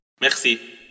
Merci